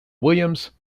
williams